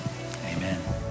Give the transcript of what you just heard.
amen